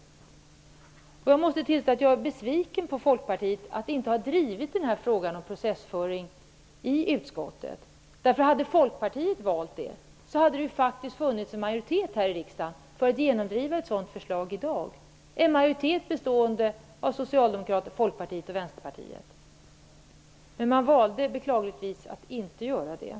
Jag måste tillstå att jag är besviken över att Folkpartiet inte har drivit frågan om processföring i utskottet. Om Folkpartiet hade valt att göra det hade det faktiskt funnits en majoritet här i riksdagen för att genomdriva ett sådant förslag i dag. Det skulle vara en majoritet bestående av Vänsterpartiet. Tyvärr valde man att inte göra detta.